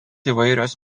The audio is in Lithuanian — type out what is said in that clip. įvairios